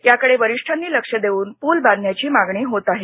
याकडे वरिष्ठांनी लक्ष देऊन पूल बांधण्याची मागणी होत आहे